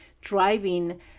driving